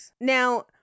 Now